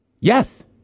yes